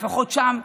לפחות שם,